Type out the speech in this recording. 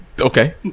Okay